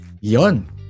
Yon